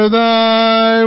thy